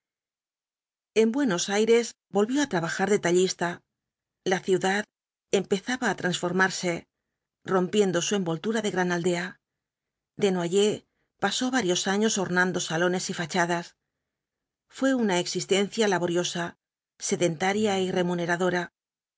en buenos aires volvió á trabajar de tallista la ciudad empezaba á transformarse rompiendo su envoltura de gran aldea desnoyers pasó varios años ornando salones y fachadas faé una existencia laboriosa sedentaria y remuneradora